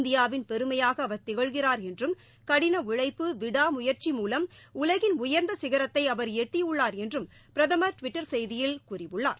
இந்தியாவின் பெருமையாக அவர் திகழ்கிறார் என்றும் கடின உழைப்பு விடா முயற்சி மூலம் உலகின் உயர்ந்த சிகரத்தை அவர் எட்டியுள்ளார் என்றும் பிரதமர் டுவிட்டர் செய்தியில் கூறியுள்ளார்